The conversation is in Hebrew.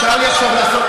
מותר לי עכשיו לעשות,